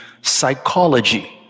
psychology